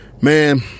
Man